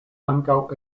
ankaŭ